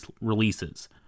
releases